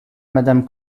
madame